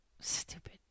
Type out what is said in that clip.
Stupid